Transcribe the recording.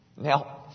Now